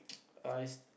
eyes